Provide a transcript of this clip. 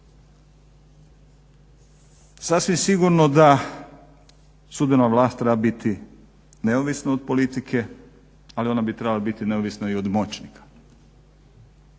Sasvim sigurno da sudbena vlast treba biti neovisna od politike, ali ona bi trebala biti neovisna i od moćnika.